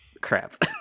crap